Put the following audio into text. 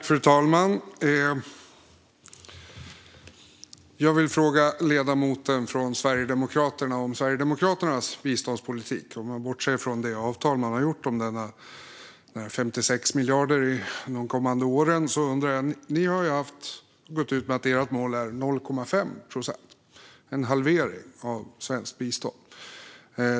Fru talman! Jag vill fråga ledamoten från Sverigedemokraterna om Sverigedemokraternas biståndspolitik. Bortsett från det avtal man gjort om 56 miljarder de kommande åren har ni ju gått ut med att ert mål är 0,5 procent, en halvering av svenskt bistånd.